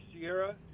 Sierra